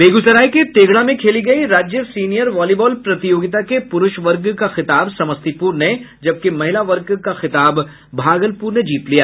बेगूसराय के तेघड़ा में खेली गयी राज्य सीनियर बॉलीवॉल प्रतियोगिता के प्रूष वर्ग का खिताब समस्तीपुर ने जबकि महिला वर्ग का खिताब भागलपुर ने जीत लिया